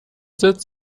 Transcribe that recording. sitz